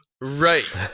Right